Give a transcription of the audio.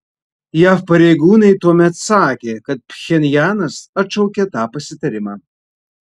jav pareigūnai tuomet sakė kad pchenjanas atšaukė tą pasitarimą